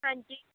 ਹਾਂਜੀ